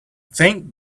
thank